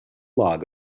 log